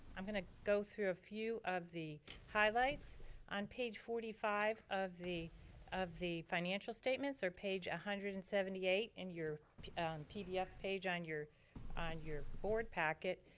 i'm gonna go through a few of the highlights on page forty five of the of the financial statements or page one hundred and seventy eight in your pdf page on your on your board packet,